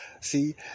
See